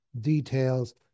details